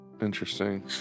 Interesting